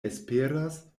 esperas